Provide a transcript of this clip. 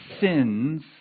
sins